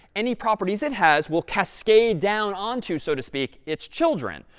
any properties it has will cascade down onto, so to speak, its children,